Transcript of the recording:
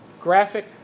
graphic